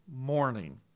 morning